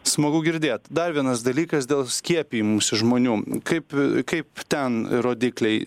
smagu girdėt dar vienas dalykas dėl skiepijimusi žmonių kaip kaip ten rodikliai